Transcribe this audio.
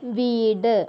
വീട്